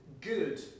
good